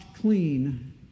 clean